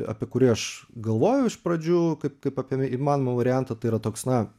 apie kurį aš galvojau iš pradžių kaip kaip apie įmanomą variantą tai yra toks na